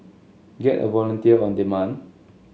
get a volunteer on demand